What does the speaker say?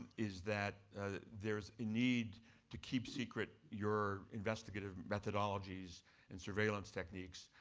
is that there is a need to keep secret your investigative methodologies and surveillance techniques.